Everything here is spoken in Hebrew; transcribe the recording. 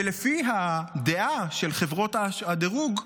ולפי הדעה של חברות הדירוג,